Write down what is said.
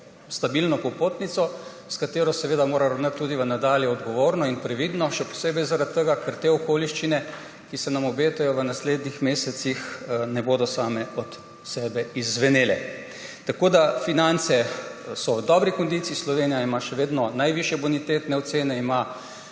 stabilno popotnico, s katero mora ravnati tudi nadalje odgovorno in previdno, še posebej zaradi tega, ker te okoliščine, ki se nam obetajo v naslednjih mesecih, ne bodo same od sebe izzvenele. Tako da finance so v dobri kondiciji. Slovenija ima še vedno najvišje bonitetne ocene, ima